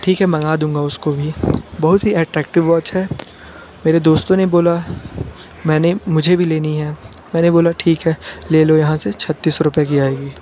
ठीक है मंगा दूँगा उसकाे भी बहुत ही अट्रैक्टिव वॉच है मेरे दोस्तों ने बोला मैंने मुझे भी लेनी है मैंने बोला ठीक है ले लो यहाँ से छत्तीस सौ रुपए की आएगी